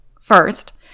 First